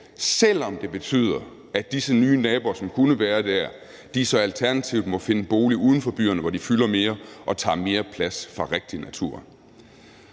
selv om det betyder, at disse nye naboer, som kunne være der, så alternativt må finde en bolig uden for byerne, hvor de fylder mere og tager mere plads fra rigtig natur.